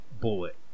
bullet